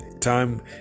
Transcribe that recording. time